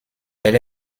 elle